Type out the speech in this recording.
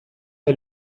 est